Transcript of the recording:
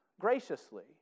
graciously